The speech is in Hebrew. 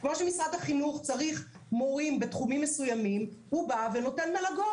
כמו שמשרד החינוך צריך מורים בתחומים מסוימים אז הוא בא ונותן מלגות,